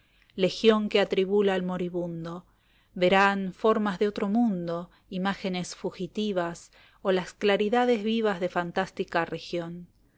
legión yue atribula al moridundo verán íormas de otro mundo imágenes fugitivas u las ciariüaaes ivas de íantastica región